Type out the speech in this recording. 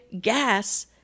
gas